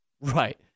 Right